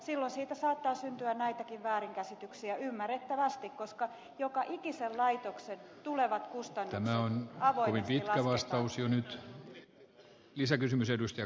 silloin siitä saattaa syntyä näitäkin väärinkäsityksiä ymmärrettävästi koska joka ikisen laitoksen tulevat kustannukset avoimesti lasketaan